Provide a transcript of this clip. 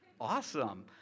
awesome